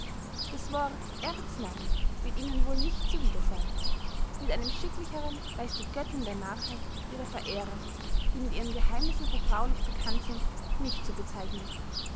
das wort erznarren wird ihnen wohl nicht zuwider seyn mit einem schicklichern weiß die göttin der narrheit ihre verehrer die mit ihren geheimnissen vertraulich bekannt sind nicht zu bezeichnen